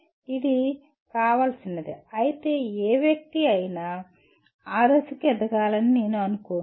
ఇది కావాల్సినది అయితే ఏ వ్యక్తి అయినా ఆ దశకు ఎదగాలని నేను అనుకోను